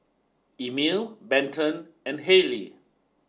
Emile Benton and Haley